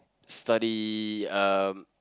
study uh